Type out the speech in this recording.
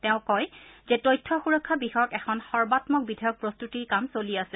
তেওঁ কয় যে তথ্য সুৰক্ষা বিষয়ক এখন সৰ্বাম্মক বিধেয়ক প্ৰস্ততিৰ কাম চলি আছে